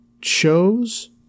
shows